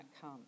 come